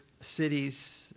Cities